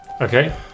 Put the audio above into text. okay